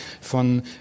von